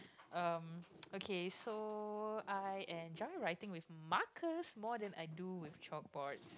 um okay so I enjoy writing with markers more than I do with chalk boards